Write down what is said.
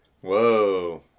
whoa